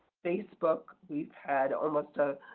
facebook we've had almost a